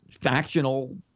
factional